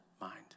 mind